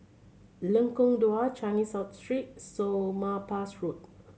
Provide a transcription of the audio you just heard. Lengkong Dua Changi South Street Somapah Road